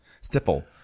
stipple